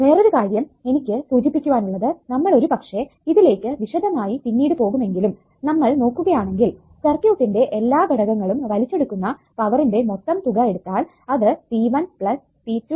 വേറൊരു കാര്യം എനിക്ക് സൂചിപ്പിക്കുവാനുള്ളത് നമ്മൾ ഒരുപക്ഷേ ഇതിലേക്ക് വിശദമായി പിന്നീട് പോകുമെങ്കിലും നമ്മൾ നോക്കുകയാണെങ്കിൽ സർക്യൂട്ടിന്റെ എല്ലാ ഘടകങ്ങളും വലിച്ചെടുക്കുന്ന പവറിന്റെ മൊത്തം തുക എടുത്താൽ അത് p 1 p 2